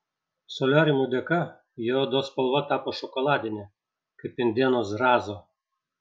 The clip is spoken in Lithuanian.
soliariumų dėka jo odos spalva tapo šokoladinė kaip indėno zrazo